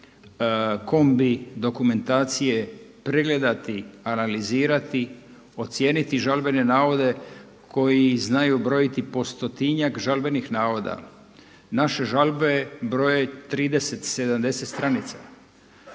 kombi dokumentacije pregledati, analizirati, ocijeniti žalbene navede koji znaju brojiti po stotinjak žalbenih navoda. Naše žalbe broje 30, 70 stranica.